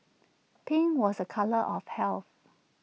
pink was A colour of health